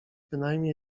bynajmniej